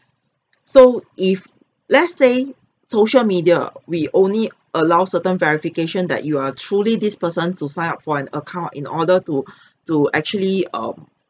so if let's say social media we only allow certain verification that you are truly this person to sign up for an account in order to to actually um